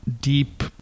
deep